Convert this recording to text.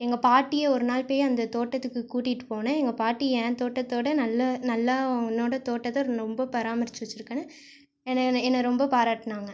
எங்கள் பாட்டியை ஒரு நாள் போய் அந்த தோட்டத்துக்கு கூட்டிகிட்டு போனேன் எங்கள் பாட்டி என் தோட்டத்தோடு நல்ல நல்லா உன்னோடய தோட்டத்தை ரொம்ப பராமரிச்சு வச்சுருக்கன்னு என்னை என்னை என்னை ரொம்ப பாராட்டினாங்க